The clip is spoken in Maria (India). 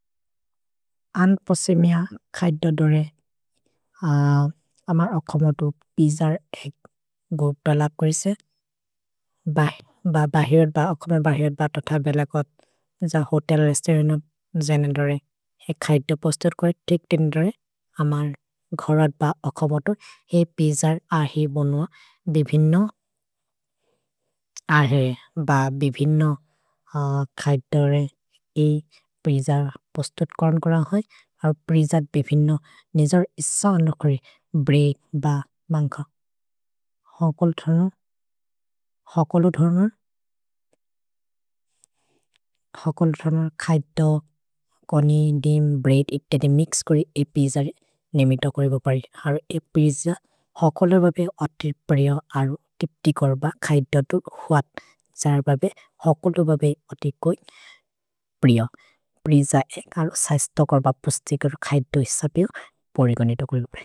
अन् पोसिमिअ खैद्दो दोरे अमर् ओकमोतु पिजर् एक् गुब् बेलक् क्रिजे ब भ हिउत् ब ओकमे भ हिउत् ब तोह्तर् बेलकोत्। ज होतेल् एस्तेरे एनो जेन् एन्दोरे। ए खैद्दो पोस्थुत् कोइ तिक्तिन्दोरे अमर् घरत् ब ओकमोतु। हे पिजर् अहे बोनुअ भे वेनो अहे ब भे वेनो खैद्दो रे एक् पिजर् पोस्थुत् कोइ तिक्तिन्दोरे अमर् घरत् ब ओकमे भ हिउत् ब तोह्तर् बेलकोत्। हे पिजर् अहे बोनुअ भे वेनो खैद्दो रे एक् पिजर् पोस्थुत् कोइ तिक्तिन्दोरे अमर् घरत् ब ओकमे भ हिउत् ब तोह्तर् बेलकोत्।